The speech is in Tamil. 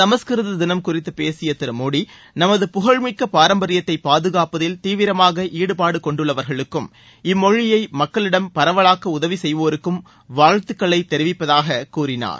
சமஸ்கிருத தினம் குறித்து பேசிய திரு மோடி நமது புகழ்மிக்க பாரம்பரியத்தை பாதுகாப்பதில் தீவிரமாக ஈடுபாடு கொண்டுள்ளவர்களுக்கும் இம்மொழியை மக்களிடம் பரவலாக்க உதவி செய்வோருக்கும் வாழ்த்துக்களை தெரிவிப்பதாக கூறினார்